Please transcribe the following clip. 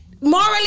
Morally